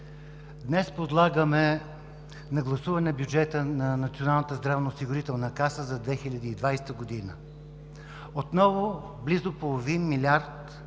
Днес подлагаме на гласуване бюджета на Националната здравноосигурителна каса за 2020 г. Отново близо половин милиард